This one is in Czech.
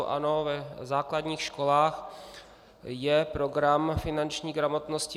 Ano, v základních školách je program finanční gramotnosti.